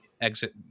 exit